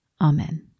Amen